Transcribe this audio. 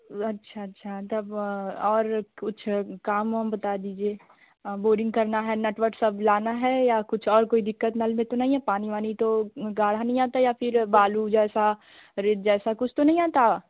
अच्छा अच्छा तब और कुछ काम बता उम दीजिए बोरिंग करना है नेटवर्क सब लाना है या कुछ और कोई दिक्कत नल में तो नहीं है पानी वानी तो गाढ़ा नहीं आता या फ़िर बालू जैसा रिद्धि जैसा कुछ तो नहीं आता